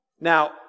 Now